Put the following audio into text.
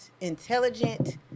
intelligent